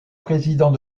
président